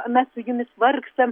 mes su jumis vargstam